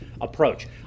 approach